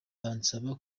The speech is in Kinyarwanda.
bansaba